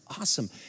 awesome